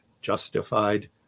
justified